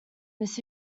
this